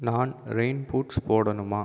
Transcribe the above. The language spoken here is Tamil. நான் ரெய்ன் பூட்ஸ் போடணுமா